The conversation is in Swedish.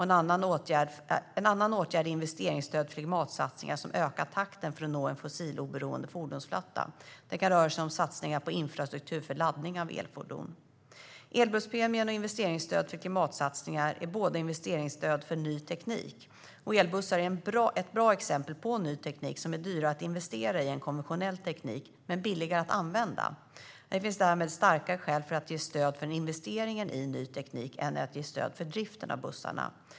En annan åtgärd är investeringsstöd för klimatsatsningar, vilket ökar takten när det gäller att nå en fossiloberoende fordonsflotta. Det kan röra sig om satsningar på infrastruktur för laddning av elfordon. Elbusspremien och investeringsstöd för klimatsatsningar är båda investeringsstöd för ny teknik. Elbussar är ett bra exempel på ny teknik som är dyrare att investera i än konventionell teknik - men billigare att använda. Det finns därmed starkare skäl att ge stöd till investering i ny teknik än att ge stöd till driften av bussarna.